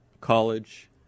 college